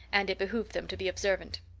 and it behooved them to be observant.